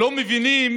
לא מבינים